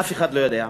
אף אחד לא יודע.